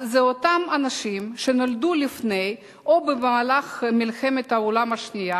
זה אותם אנשים שנולדו לפני או במהלך מלחמת העולם השנייה